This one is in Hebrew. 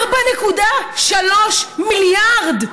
4.3 מיליארד.